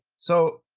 so,